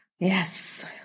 Yes